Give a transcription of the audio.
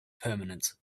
permanent